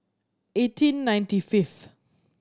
eighteen ninety fifth